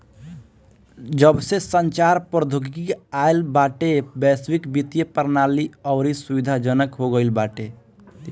जबसे संचार प्रौद्योगिकी आईल बाटे वैश्विक वित्तीय प्रणाली अउरी सुविधाजनक हो गईल बाटे